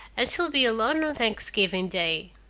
and she'll be alone on thanksgiving day.